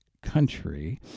Country